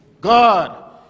God